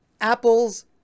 Apples